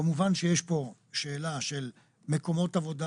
כמובן שיש פה שאלה של מקומות עבודה